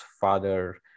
father